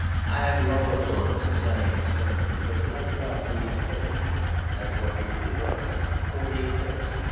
i have dwelt a little on this italian experiment because it lights up louis napoleon as what he really was before the eclipse,